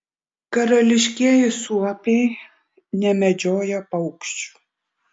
karališkieji suopiai nemedžioja paukščių